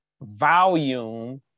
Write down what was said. volume